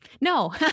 no